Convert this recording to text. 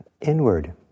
inward